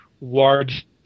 large